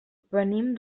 venim